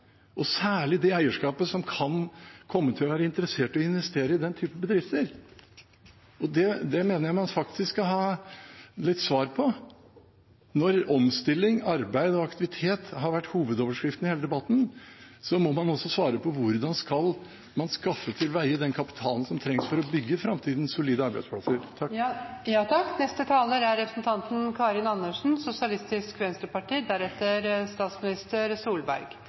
og særlig det eierskapet som kan komme til å være interessert i å investere i den type bedrifter. Det mener jeg man faktisk skal ha litt svar på. Når omstilling, arbeid og aktivitet har vært hovedoverskriften i hele debatten, må man også svare på hvordan man skal skaffe til veie den kapitalen som trengs for å bygge solide arbeidsplasser i framtida. Representanten Karin Andersen